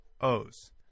O's